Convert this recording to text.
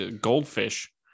goldfish